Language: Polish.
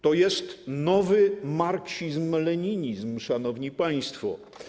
To jest nowy marksizm-leninizm, szanowni państwo.